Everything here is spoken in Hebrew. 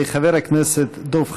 חבר הכנסת דב חנין,